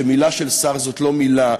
שמילה של שר היא לא מילה?